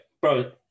bro